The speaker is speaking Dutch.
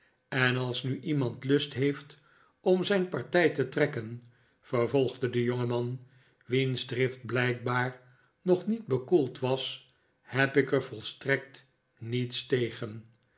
en als nu iemand lust heeft om zijn partij te trekken vervolgde de jongeman wiens drift blijkbaar nog niet bekoeld was heb ik er volstrekt niets tegen